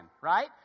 right